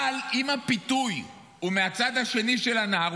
אבל אם הפיתוי הוא מהצד השני של הנהר,